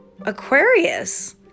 Aquarius